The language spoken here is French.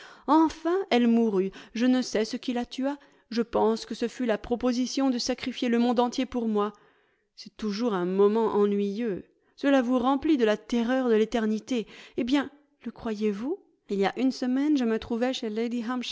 enfin elle mourut je ne sais ce qui la tua je pense que ce fut la proposition de sacrifier le monde entier pour moi c'est toujours un moment ennuyeux cela vous remplit de la terreur de l'éternité eh bien le croyez-vous il y a une semaine je me trouvai chez